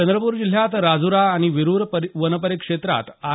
चंद्रपूर जिल्ह्यात राज्रा आणि विरूर वनपरिक्षेत्रात आर